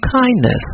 kindness